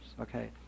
Okay